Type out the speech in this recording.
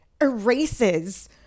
erases